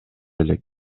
элек